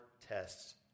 tests